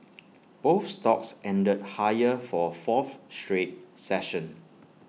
both stocks ended higher for A fourth straight session